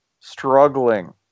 struggling